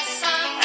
sun